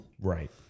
Right